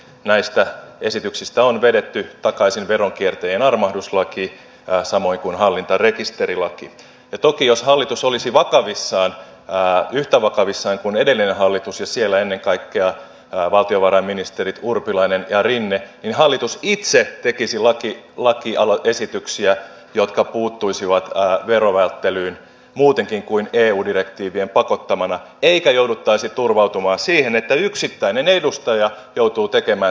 näistä esityksistä on vedetty takaisin veronkiertäjien armahduslaki samoin kuin hallintarekisterilaki ja toki jos hallitus olisi vakavissaan yhtä vakavissaan kuin edellinen hallitus ja siellä ennen kaikkea valtiovarainministerit urpilainen ja rinne niin hallitus itse tekisi lakiesityksiä jotka puuttuisivat verovälttelyyn muutenkin kuin eu direktiivien pakottamana eikä jouduttaisi turvautumaan siihen että yksittäinen edustaja joutuu tekemään täällä lakialoitteita